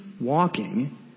walking